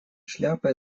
шляпа